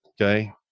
Okay